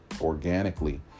organically